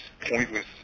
pointless